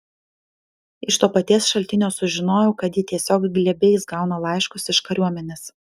iš to paties šaltinio sužinojau kad ji tiesiog glėbiais gauna laiškus iš kariuomenės